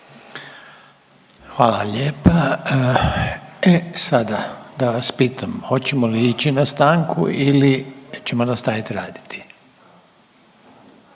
Hvala lijepa, e sada da vas pitam hoćemo li ići na stanku ili ćemo nastaviti raditi?